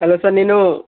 hello sir నేను